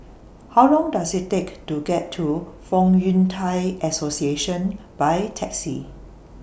How Long Does IT Take to get to Fong Yun Thai Association By Taxi